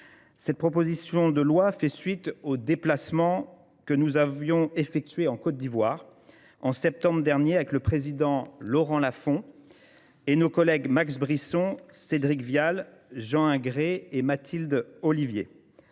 Cette proposition de loi fait suite aux déplacements que nous avions effectués en Côte d'Ivoire. En septembre dernier, avec le président Laurent Lafont, et nos collègues Max Brisson, Cédric Vial, Jean Ingré et Mathilde Olivier.